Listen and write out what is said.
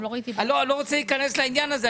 אני לא רוצה להיכנס לעניין הזה.